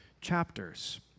chapters